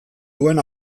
duen